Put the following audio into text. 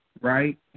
Right